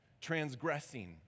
transgressing